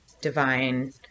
divine